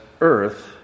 earth